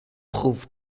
groef